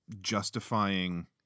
justifying